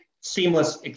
seamless